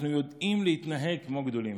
אנחנו יודעים להתנהג כמו גדולים.